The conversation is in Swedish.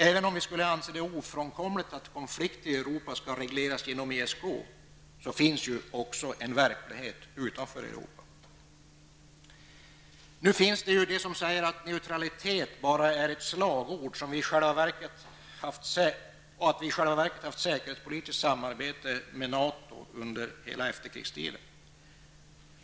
Även om vi skulle anse det ofrånkomligt att konflikt i Europa skall regleras genom ESK, finns det också en verklighet utanför Nu finns det de som säger att neutralitet bara är ett slagord och att vi i själva verket har haft ett säkerhetspolitiskt samarbete med NATO under hela efterkrigstiden.